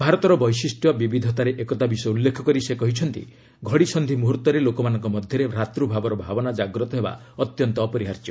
ଭାରତର ବୈଶିଷ୍ଟ୍ୟ ବିବିଧତାରେ ଏକତା ବିଷୟ ଉଲ୍ଲେଖ କରି ସେ କହିଛନ୍ତି ଘଡିସନ୍ଧି ମୁହୂର୍ତ୍ତରେ ଲୋକମାନଙ୍କ ମଧ୍ୟରେ ଭ୍ରାତୃଭାବର ଭାବନା ଜାଗ୍ରତ ହେବା ଅତ୍ୟନ୍ତ ଅପରିହାର୍ଯ୍ୟ